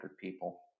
people